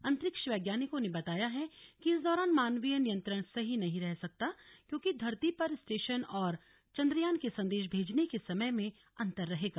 अंतरिक्ष वैज्ञानिकों ने बताया है कि इस दौरान मानवीय नियंत्रण सही नहीं रह सकता क्योंकि धरती पर स्टेशन और चंद्रयान के संदेश भेजने के समय में अंतर रहेगा